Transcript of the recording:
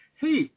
Hey